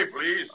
please